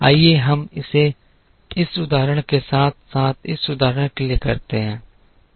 आइए हम इसे इस उदाहरण के साथ साथ इस उदाहरण के लिए करते हैं